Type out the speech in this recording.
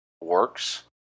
Works